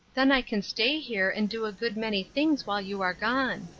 then, i can stay here and do a good many things while you are gone.